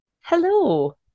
Hello